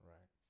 Right